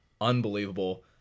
unbelievable